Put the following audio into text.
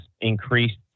increased